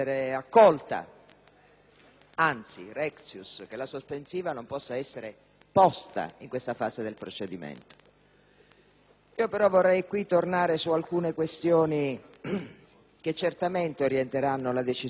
anzi, *rectius*, che la sospensiva non possa essere posta in questa fase del procedimento. Vorrei però tornare su alcune questioni che certamente orienteranno la decisione dell'Aula.